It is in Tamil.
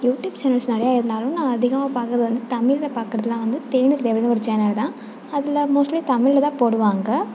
யூடியூப் சேனல்ஸ் நிறையா இருந்தாலும் நான் அதிகமாக பார்க்கறது வந்து தமிழில் பார்க்கறதுலாம் வந்து தேனு ஒரு சேனலு தான் அதில் மோஸ்ட்லி தமிழில் தான் போடுவாங்க